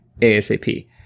ASAP